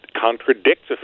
contradicts